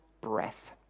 breath